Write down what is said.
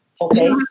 Okay